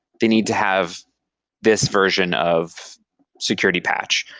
they need to have this version of security patch.